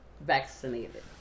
vaccinated